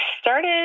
started